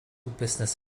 business